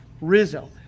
Rizzo